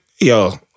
yo